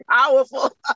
powerful